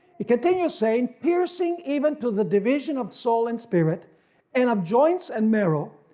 it continues saying, piercing even to the division of soul and spirit, and of joints and marrow,